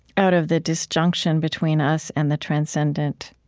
out of the disjunction between us and the transcendent.